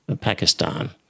Pakistan